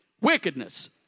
wickedness